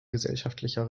gesellschaftlicher